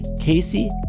Casey